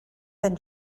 then